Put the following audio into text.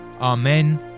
Amen